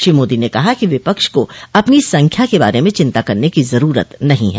श्री मोदी ने कहा कि विपक्ष को अपनी संख्या के बारे में चिंता करने की जरूरत नहीं है